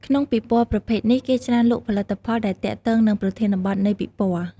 ក្នុងពិព័រណ៍ប្រភេទនេះ គេច្រើនលក់ផលិតផលដែលទាក់ទងនឹងប្រធានបទនៃពិព័រណ៍។